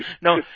No